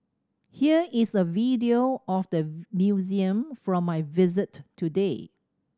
here is a video of the museum from my visit today